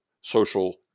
social